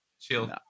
chill